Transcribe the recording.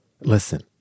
Listen